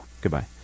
Goodbye